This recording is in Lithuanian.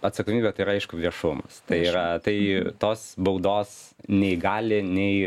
atsakomybė tai yra aišku viešumas tai yra tai tos baudos neįgali nei